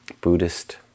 Buddhist